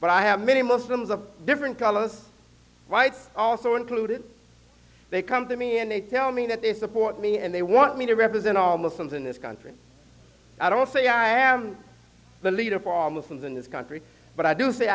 but i have many muslims of different colors rights also included they come to me and they tell me that they support me and they want me to represent all muslims in this country i don't say i have the leader for all muslims in this country but i do s